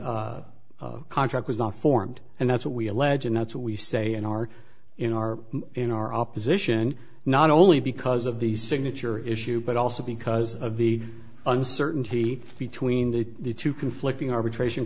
the contract was not formed and that's what we allege and that's what we say in our in our in our opposition not only because of the signature issue but also because of the uncertainty between the two conflicting arbitration